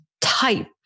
type